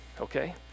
okay